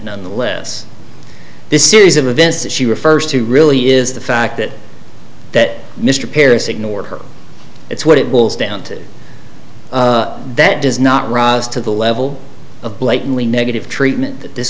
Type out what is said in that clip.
none the less this series of events that she refers to really is the fact that that mr paris ignored her it's what it will stand that does not rise to the level of blatantly negative treatment that this